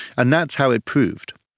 and that's how it proved.